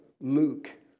Luke